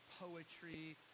poetry